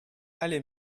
allez